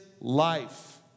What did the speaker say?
life